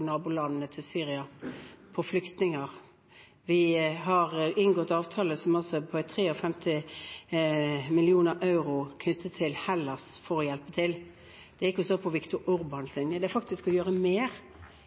nabolandene til Syria. Vi har inngått en avtale på 53 mill. euro knyttet til Hellas for å hjelpe til. Det er ikke å stå på Viktor Orbáns linje. Det er faktisk å gjøre mer